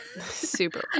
Super